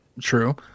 True